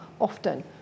often